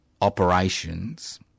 operations